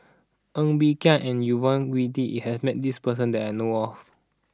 Ng Bee Kia and Yvonne Uhde has met this person that I know of